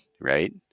right